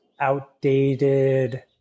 outdated